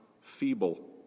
feeble